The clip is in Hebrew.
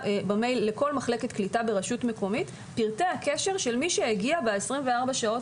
במייל לכל מחלקת קליטה ברשות ובה פרטי הקשר של מי שהגיע ב-24 השעות